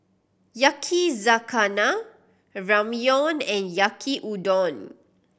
Yakizakana Ramyeon and Yaki Udon